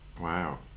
Wow